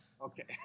Okay